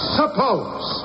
suppose